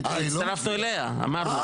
הצטרפנו אליה אמרנו,